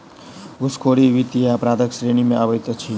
घूसखोरी वित्तीय अपराधक श्रेणी मे अबैत अछि